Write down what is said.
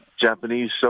Japanese